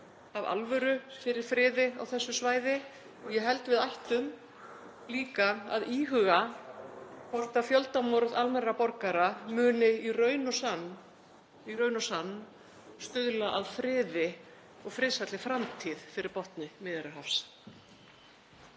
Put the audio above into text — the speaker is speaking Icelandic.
af alvöru fyrir friði á þessu svæði og ég held að við ættum líka að íhuga hvort fjöldamorð almennra borgara muni í raun og sann stuðla að friði og friðsælli framtíð fyrir botni Miðjarðarhafs.